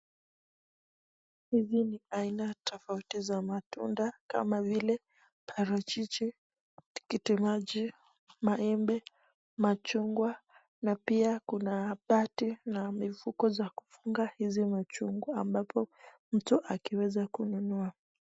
Hizi ni aina tofauti za matunda kama vile parachichi, tikiti maji, maembe, machungwa na pia kuna bati na mifuko za kufunga hizi machungwa ambapo mtu akiweza kununua.